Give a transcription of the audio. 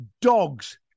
dogs